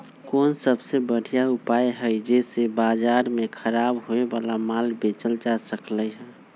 कोन सबसे बढ़िया उपाय हई जे से बाजार में खराब होये वाला माल बेचल जा सकली ह?